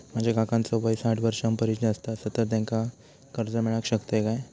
माझ्या काकांचो वय साठ वर्षां परिस जास्त आसा तर त्यांका कर्जा मेळाक शकतय काय?